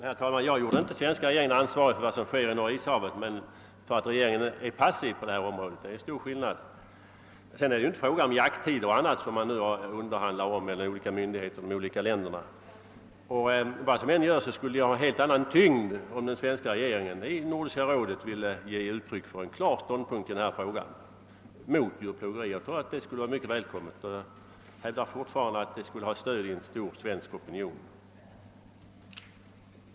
Herr talman! Jag gjorde inte svenska regeringen ansvarig för vad som sker i Norra Ishavet utan för att regeringen är passiv på detta område. Det är en stor skillnad. Vidare vill jag säga att detta inte är en fråga om jakttider och dylikt, som man nu underhandlar om mellan olika myndigheter i de skilda länderna. Vad som än görs skulle det ge en helt annan tyngd om den svenska regeringen i Nordiska rådet ville ge uttryck för en klar ståndpunkt i denna fråga, alltså mot djurplågeri. Jag tror att det skulle vara mycket välkommet. Jag hävdar fortfarande att det skulle ha stöd i en bred folkopinion i Sverige.